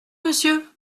monsieur